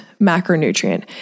macronutrient